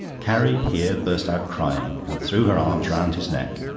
carrie here burst out crying, and threw her arms round his neck,